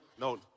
No